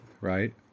right